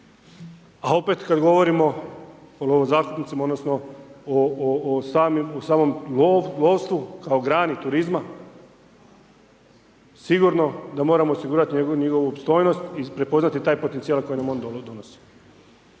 a opet kad govorimo o lovozakupnicima odnosno, o samom lovstvu kao grani turizma, sigurno da moramo osigurati njihovu opstojnost i prepoznati taj potencijal koji nam on donosi.